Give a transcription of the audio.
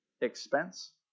expense